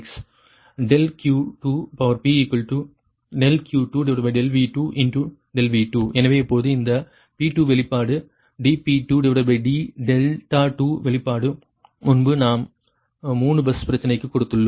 ∆Q2∆Q2∆V2∆V2 எனவே இப்போது அந்த P2 வெளிப்பாடு dP2d2 வெளிப்பாடு முன்பு நாம் 3 பஸ் பிரச்சனைக்கு கொடுத்துள்ளோம்